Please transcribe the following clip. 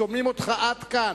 שומעים אותך עד כאן.